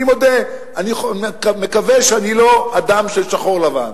אני מודה, אני מקווה שאני לא אדם של שחור לבן,